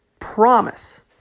promise